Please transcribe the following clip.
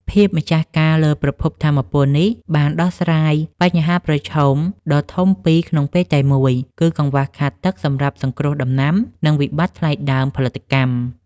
ភាពម្ចាស់ការលើប្រភពថាមពលនេះ បានដោះស្រាយបញ្ហាប្រឈមដ៏ធំពីរក្នុងពេលតែមួយ គឺកង្វះខាតទឹកសម្រាប់សង្គ្រោះដំណាំ និងវិបត្តិថ្លៃដើមផលិតកម្ម។